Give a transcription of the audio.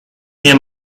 nie